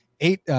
eight –